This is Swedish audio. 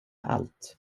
allt